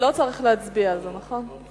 לא צריך להצביע על זה, נכון?